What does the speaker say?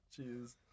Jeez